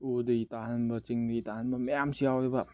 ꯎꯗꯒꯤ ꯇꯥꯍꯟꯕ ꯆꯤꯡꯗꯒꯤ ꯇꯥꯍꯟꯕ ꯃꯌꯥꯝꯁꯨ ꯌꯥꯎꯋꯦꯕ